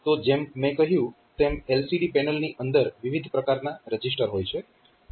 તો જેમ મેં કહ્યું તેમ LCD પેનલની અંદર વિવિધ પ્રકારના રજીસ્ટર હોય છે